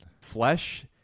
Flesh